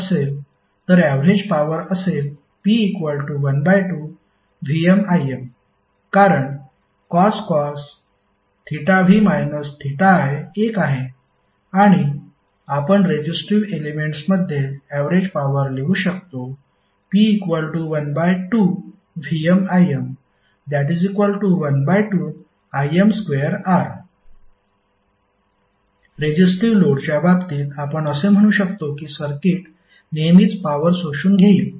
आता जर सर्किट पूर्णपणे रेजिस्टिव्ह असेल तर ऍवरेज पॉवर असेल P12VmIm कारण cos v i एक आहे आणि आपण रेजिस्टिव्ह एलेमेंट्समध्ये ऍवरेज पॉवर लिहू शकतो P12VmIm12Im2R रेजिस्टिव्ह लोडच्या बाबतीत आपण असे म्हणू शकतो की सर्किट नेहमीच पॉवर शोषून घेईल